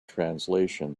translation